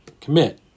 commit